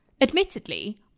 Admittedly